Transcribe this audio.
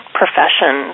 profession